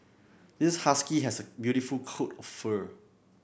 this husky has a beautiful coat of fur